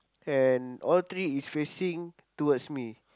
and all three is facing towards me